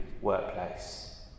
workplace